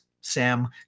Sam